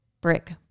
Brick